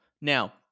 Now